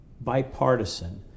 bipartisan